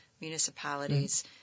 municipalities